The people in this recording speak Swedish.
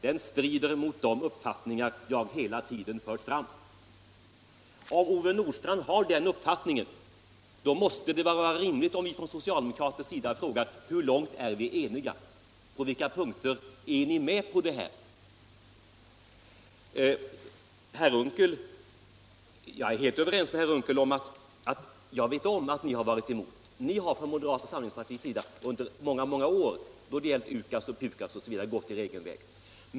Den strider mot dom uppfattningar jag hela tiden fört fram.” Om Ove Nordstrandh är av den uppfattningen måste det vara rimligt att vi från socialdemokratisk sida frågar: Hur långt är vi eniga? På vilka punkter är ni med på det här förslaget? Jag vet, herr Unckel, att ni från moderata samlingspartiet har varit emot våra förslag; ni har under många år gått er egen väg då det gällt UKAS, PUKAS osv.